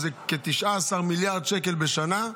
זה כ-19 מיליארד שקלים בשנה,